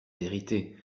vérité